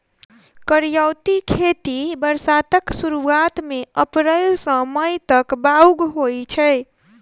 करियौती खेती बरसातक सुरुआत मे अप्रैल सँ मई तक बाउग होइ छै